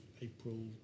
April